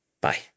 Bye